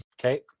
Okay